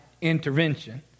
intervention